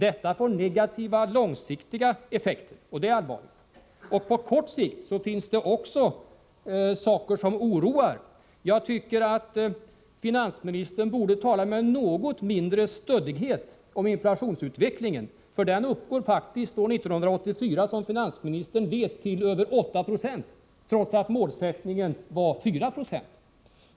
Detta får negativa långsiktiga effekter, och det är allvarligt. På kort sikt finns det också saker som oroar. Jag tycker att finansministern borde tala med något mindre stöddighet om inflationsutvecklingen. Inflationen uppgår faktiskt år 1984, som finansministern vet, till över 8 96, trots att målsättningen var 4 26.